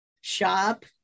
shop